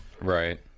Right